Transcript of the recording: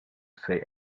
say